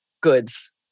goods